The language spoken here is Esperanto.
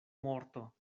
morto